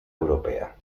europea